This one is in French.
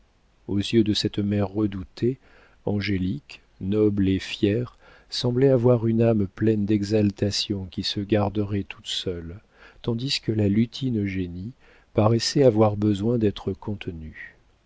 aux yeux de cette mère redoutée angélique noble et fière semblait avoir une âme pleine d'exaltation qui se garderait toute seule tandis que la lutine eugénie paraissait avoir besoin d'être contenue